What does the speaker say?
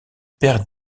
père